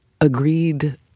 agreed